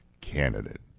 candidate